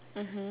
mmhmm